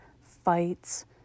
fights